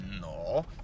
No